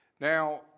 Now